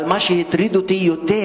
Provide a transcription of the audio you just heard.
אבל מה שהטריד אותי יותר